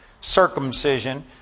circumcision